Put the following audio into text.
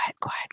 Quiet